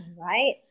right